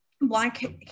black